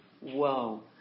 whoa